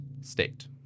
state